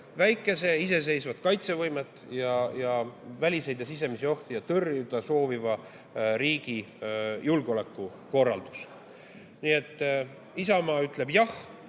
väikese, iseseisvat kaitsevõimet ning väliseid ja sisemisi ohte tõrjuda sooviva riigi julgeoleku korraldus. Isamaa ütleb jah